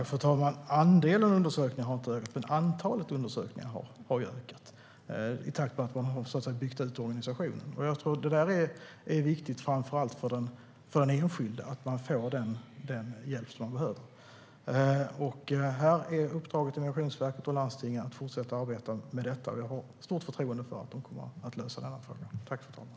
Fru talman! Andelen undersökningar har inte ökat, men antalet undersökningar har ökat i takt med att man har byggt ut organisationen. Det är viktigt framför allt för den enskilde att man får den hjälp som man behöver. Här är uppdraget till Migrationsverket och landstingen att fortsätta att arbeta med detta, och jag har stort förtroende för att de kommer att lösa det här framöver.